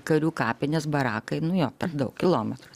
karių kapinės barakai nu jo per daug kilometrų